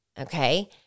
Okay